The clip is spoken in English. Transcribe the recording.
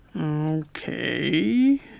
Okay